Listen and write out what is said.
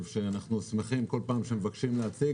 שאנחנו שמחים כל פעם שהם מבקשים להציג.